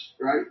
right